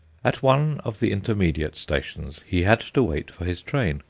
at one of the intermediate stations he had to wait for his train,